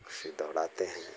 खुशी दौड़ाते हैं